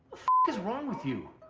is wrong with you?